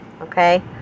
Okay